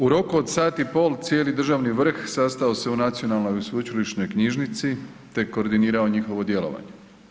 U roku od sat i pol cijeli državni vrh sastao se u Nacionalnoj i sveučilišnoj knjižnici te koordinirao njihovo djelovanje.